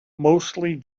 mostly